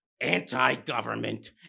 anti-government